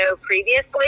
previously